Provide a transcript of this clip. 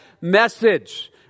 message